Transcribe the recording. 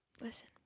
Listen